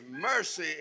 mercy